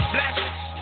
Blessings